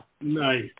Nice